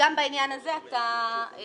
גם בעניין הזה נכנעת.